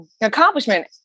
accomplishment